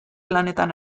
lanetan